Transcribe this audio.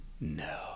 no